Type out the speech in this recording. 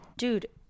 Dude